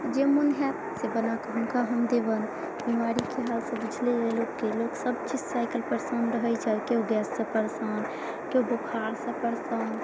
जे मोन हैत से बनाकऽ हम हुनका हम देबैन बीमारीके हाल सब बूझले अइ लोकके लोक सब चीजसँ आइ काल्हि परेशान रहै छै केओ गैससँ परेशान केओ बोखारसँ परेशान